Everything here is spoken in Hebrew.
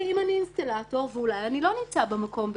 אם אני אינסטלטור ואולי אני לא נמצא במקום בתמימות.